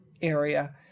area